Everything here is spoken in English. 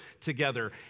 together